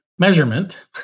measurement